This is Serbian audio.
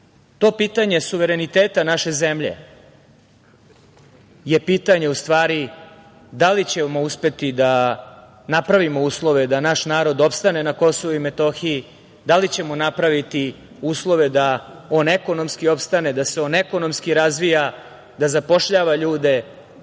pitanje suvereniteta naše zemlje je pitanje u stvari – da li ćemo uspeti da napravimo uslove da naš narod opstane na Kosovu i Metohiji, da li ćemo napraviti uslove da on ekonomski opstane, da se on ekonomski razvija, da zapošljava ljude, da naši ljudi